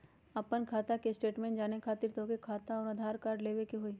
आपन खाता के स्टेटमेंट जाने खातिर तोहके खाता अऊर आधार कार्ड लबे के होइ?